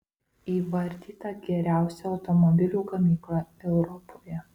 įvardyta geriausia automobilių gamykla europoje